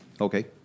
okay